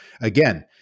again